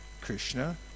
Krishna